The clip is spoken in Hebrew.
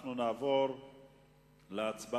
אנחנו נעבור להצבעה